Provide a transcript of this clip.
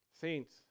Saints